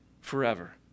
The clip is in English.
forever